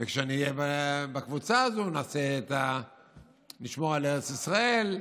וכשאני אהיה בקבוצה הזאת נשמור על ארץ ישראל,